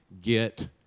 Get